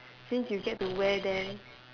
since you get to wear them